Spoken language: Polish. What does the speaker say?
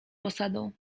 posadą